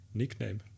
nickname